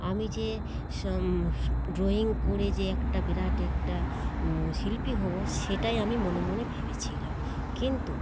আমি যে ড্রয়িং করে যে একটা বিরাট একটা শিল্পী হবো সেটাই আমি মনে মনে ভেবেছিলাম কিন্তু